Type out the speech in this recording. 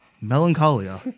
Melancholia